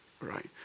right